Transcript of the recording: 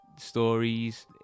stories